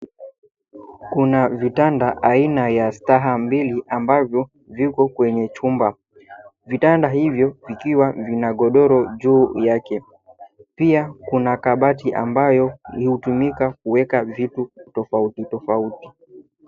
Kuna vitanda aina ya staha mbili ambavyo viko kwenye chumba. Vitanda hivyo vikiwa vina godoro juu yake. Pia, kuna kabati ambayo ni hutumika kuweka vitu tofauti-tofauti.